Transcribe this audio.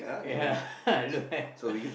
ya I don't have